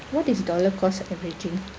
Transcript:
what is dollar cost averaging